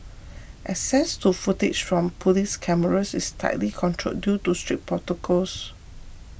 access to footage from police cameras is tightly controlled due to strict protocols